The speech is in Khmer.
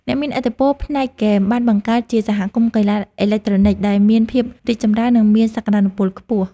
អ្នកមានឥទ្ធិពលផ្នែកហ្គេមបានបង្កើតជាសហគមន៍កីឡាអេឡិចត្រូនិកដែលមានភាពរីកចម្រើននិងមានសក្តានុពលខ្ពស់។